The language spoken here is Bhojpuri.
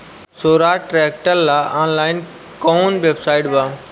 सोहराज ट्रैक्टर ला ऑनलाइन कोउन वेबसाइट बा?